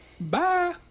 Bye